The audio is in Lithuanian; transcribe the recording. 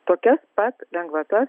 tokias pat lengvatas